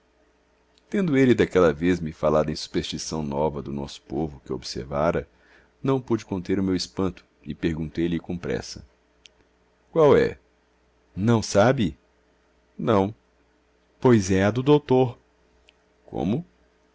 tendo ele daquela vez me falado em superstição nova do nosso povo que observara não pude conter o meu espanto e perguntei-lhe com pressa qual é não sabe não pois é a do doutor como